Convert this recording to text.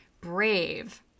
brave